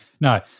no